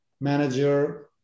manager